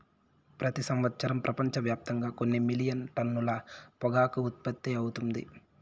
ప్రతి సంవత్సరం ప్రపంచవ్యాప్తంగా కొన్ని మిలియన్ టన్నుల పొగాకు ఉత్పత్తి అవుతుంది